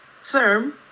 firm